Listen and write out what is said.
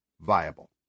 viable